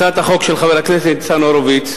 הצעת החוק של חבר הכנסת ניצן הורוביץ,